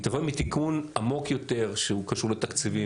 הוא יבוא מתיקון עמוק יותר שהוא קשור לתקציבים